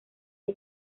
que